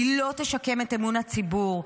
היא לא תשקם את אמון הציבור.